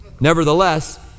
Nevertheless